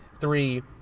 three